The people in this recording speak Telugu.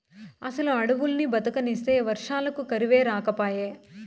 అసలు అడవుల్ని బతకనిస్తే వర్షాలకు కరువే రాకపాయే